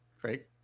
Great